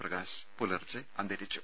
പ്രകാശ് പുലർച്ചെ അന്തരിച്ചു